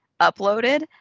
uploaded